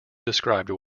described